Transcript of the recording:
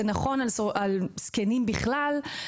זה נכון לגבי זקנים בכלל,